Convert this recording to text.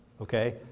okay